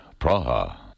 Praha